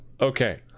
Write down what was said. okay